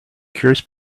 cures